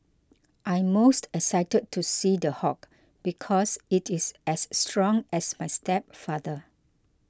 I'm most excited to see The Hulk because it is as strong as my stepfather